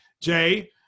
Jay